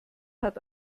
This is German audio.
hat